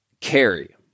carry